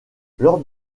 lors